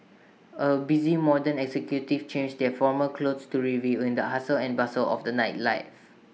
A busy modern executives change their formal clothes to revel in the hustle and bustle of the nightlife